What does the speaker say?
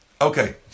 Okay